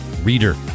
reader